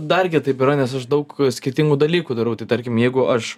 dar kitaip yra nes aš daug skirtingų dalykų darau tai tarkim jeigu aš